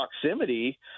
proximity